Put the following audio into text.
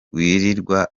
wirirwa